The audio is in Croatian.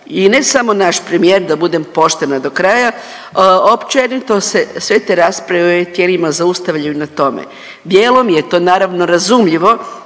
I ne samo naš premijer da budem poštena do kraja općenito se sve te rasprave u ovim tijelima zaustavljaju na tome. Dijelom je to naravno razumljivo